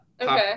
Okay